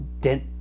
dent